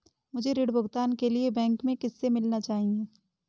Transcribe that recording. मुझे ऋण भुगतान के लिए बैंक में किससे मिलना चाहिए?